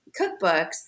cookbooks